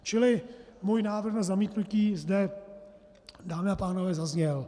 Čili můj návrh na zamítnutí zde, dámy a pánové, zazněl.